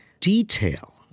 detail